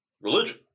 religion